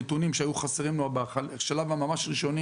נתונים שהיו חסרים לו ממש בשלב הראשוני.